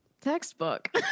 textbook